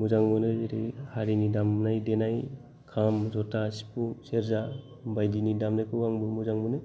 मोजां मोनो जेरै हारिनि दामनाय देनाय खाम जथा सिफुं सेरजा बायदिनि दामनायफोरखौ आंबो मोजां मोनो